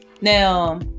Now